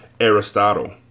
Aristotle